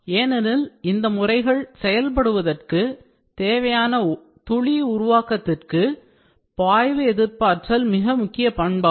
ஏனெனில் இந்த முறைகள் செயல்படுவதற்கு தேவையான துளி உருவாக்கத்துக்கு பாய்வு எதிர்ப்பாற்றல் மிக முக்கிய பண்பாகும்